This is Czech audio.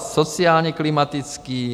Sociálněklimatický.